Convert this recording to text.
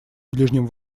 ближнем